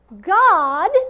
God